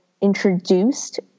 introduced